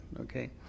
okay